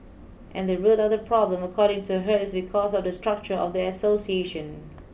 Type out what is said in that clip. and the root of the problem according to her is because of the structure of the association